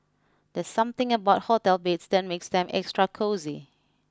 there's something about hotel beds that makes them extra cosy